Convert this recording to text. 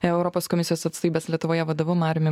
europos komisijos atstovybės lietuvoje vadovu mariumi